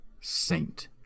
Saint